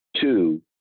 Two